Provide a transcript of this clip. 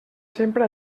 sempre